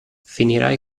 finirai